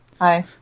Hi